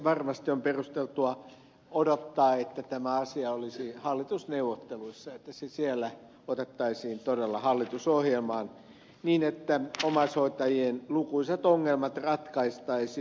varmasti on perusteltua odottaa että tämä asia olisi hallitusneuvotteluissa että se otettaisiin todella hallitusohjelmaan niin että omaishoitajien lukuisat ongelmat ratkaistaisiin